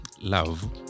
love